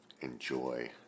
Enjoy